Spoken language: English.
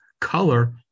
color